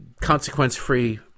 consequence-free